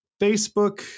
Facebook